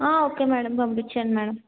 ఆ okay madam పంపించండి madam